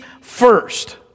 first